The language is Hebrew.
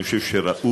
אני חושב שראוי